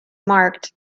marked